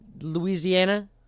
Louisiana